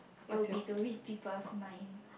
it will be to read people's mind